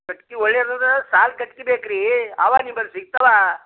ಕಟ್ಗೆ ಒಳ್ಳೆದಾದ ಸಾಲ್ ಕಟ್ಗೆ ಬೇಕು ರೀ ಅವಾ ನಿಂಬಲ್ಲಿ ಸಿಗ್ತವಾ